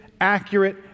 accurate